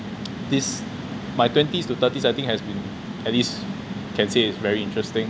this my twenties to thirties I think has been at this can say is very interesting